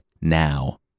now